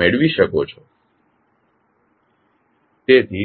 મેળવી શકો છો